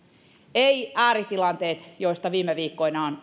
ei ääritilanteet joista viime viikkoina